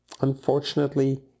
Unfortunately